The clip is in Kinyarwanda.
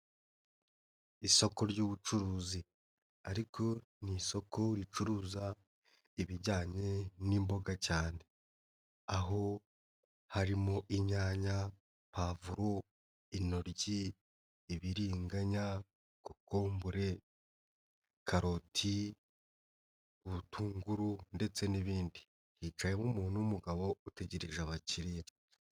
Isoko ry'ubucuruzi ariko ni isoko ricuruza ibijyanye n'imboga cyane. Aho harimo inyanya, pavuro, intoryi, ibibiriganya, kokombure, karoti, ubutunguru ndetse n'ibindi. Hicayemo umuntu w'umugabo utegereje abakiriya.